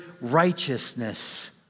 righteousness